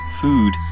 food